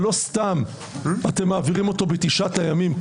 ולא סתם אתם מעבירים אותו בתשעת הימים,